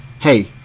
hey